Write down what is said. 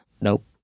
Nope